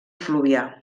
fluvià